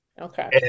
Okay